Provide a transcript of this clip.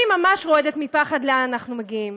אני ממש רועדת מפחד לאן אנחנו מגיעים.